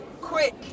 Quick